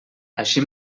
així